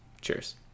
cheers